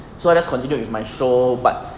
so I just continued with my show but